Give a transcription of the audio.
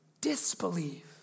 disbelieve